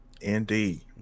Indeed